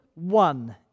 one